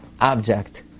object